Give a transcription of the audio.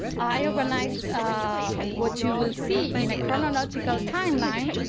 i organized what you will see in a chronological timeline,